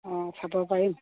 অঁ চাব পাৰিম